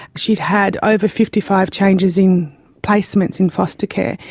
she had had over fifty five changes in placements in foster care.